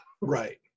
Right